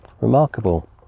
Remarkable